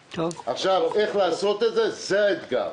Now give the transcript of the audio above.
איך לעשות את זה זה האתגר,